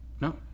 No